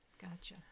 Gotcha